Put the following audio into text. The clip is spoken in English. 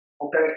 Okay